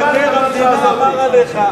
כולם יודעים מה מבקר המדינה אמר עליך.